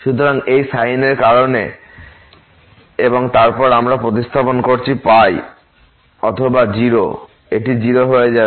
সুতরাং এই সাইন এর কারণে এবং তারপর আমরা প্রতিস্থাপন করছি অথবা 0 এটি 0 হয়ে যাবে